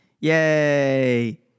Yay